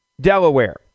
Delaware